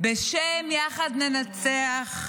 בשם "יחד ננצח"